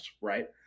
right